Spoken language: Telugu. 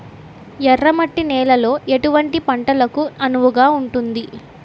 ఎర్ర మట్టి నేలలో ఎటువంటి పంటలకు అనువుగా ఉంటుంది?